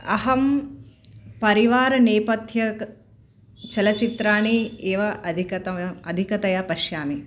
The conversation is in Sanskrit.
अहं परिवारनेपथ्यक चलच्चित्राणि एव अधिकतया अधिकतया पश्यामि